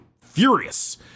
furious